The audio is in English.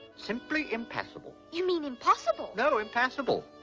simply impassible. you mean impossible. no, impassible.